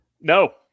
No